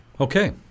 Okay